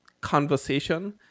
conversation